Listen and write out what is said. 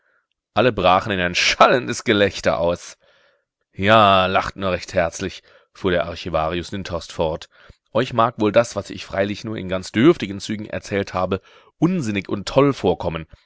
alle brachen in ein schallendes gelächter aus ja lacht nur recht herzlich fuhr der archivarius lindhorst fort euch mag wohl das was ich freilich nur in ganz dürftigen zügen erzählt habe unsinnig und toll vorkommen